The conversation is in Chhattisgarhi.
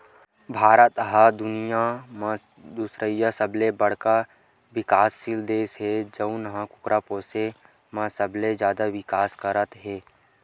भारत ह दुनिया म दुसरइया सबले बड़का बिकाससील देस हे जउन ह कुकरा पोसे म सबले जादा बिकास करत हे